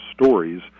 stories